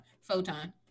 photon